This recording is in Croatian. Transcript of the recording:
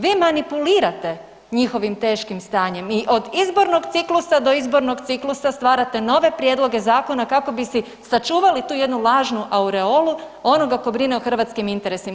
Vi manipulirate njihovim teškim stanjem i od izbornog ciklusa do izborna ciklusa stvarate nove prijedloge zakona kako bi si sačuvali tu jednu lažnu aureolu onoga ko brine o hrvatskim interesima.